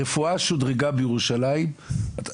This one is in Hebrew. הרפואה בירושלים שודרגה